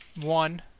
one